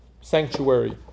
sanctuary